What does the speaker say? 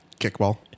kickball